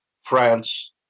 France